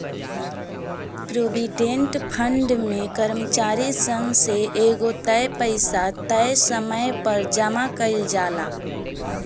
provident fund में कर्मचारी सन से एगो तय पइसा तय समय पर जामा कईल जाला